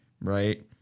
Right